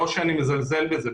לא שאני מזלזל בזה.